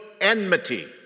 enmity